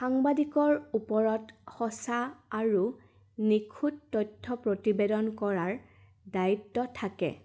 সাংবাদিকৰ ওপৰত সঁচা আৰু নিখুট তথ্য প্ৰতিবেদন কৰাৰ দায়িত্ব থাকে